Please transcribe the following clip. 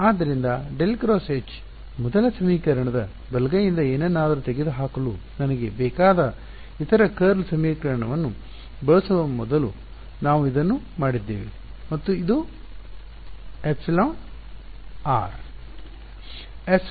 ಆದ್ದರಿಂದ ∇×H ಮೊದಲ ಸಮೀಕರಣದ ಬಲಗೈಯಿಂದ ಏನನ್ನಾದರೂ ತೆಗೆದುಹಾಕಲು ನನಗೆ ಬೇಕಾದ ಇತರ ಕರ್ಲ್ ಸಮೀಕರಣವನ್ನು ಬಳಸುವ ಮೊದಲು ನಾವು ಇದನ್ನು ಮಾಡಿದ್ದೇವೆ ಮತ್ತು ಅದು εr